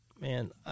man